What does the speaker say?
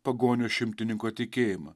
pagonio šimtininko tikėjimą